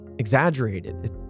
Exaggerated